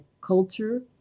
culture